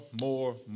more